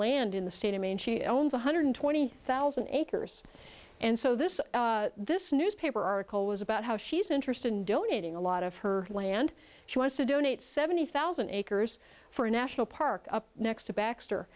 land in the state of maine she owns one hundred twenty thousand acres and so this this newspaper article was about how she's interested in donating a lot of her land she wants to donate seventy thousand acres for a national park up next to baxter